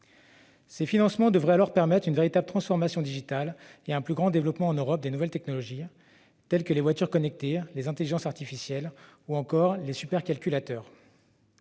Ces financements devraient alors permettre une véritable transformation digitale et un plus grand développement en Europe des nouvelles technologies, telles que les voitures connectées, les intelligences artificielles ou encore les supercalculateurs.